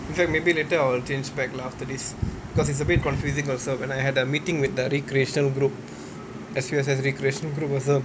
then maybe later I will change back lah after this because it's a bit confusing also when I had a meeting with the recreation group S_U_S_S recreation group also